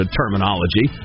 terminology